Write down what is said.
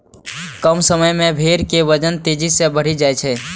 कम समय मे भेड़ के वजन तेजी सं बढ़ि जाइ छै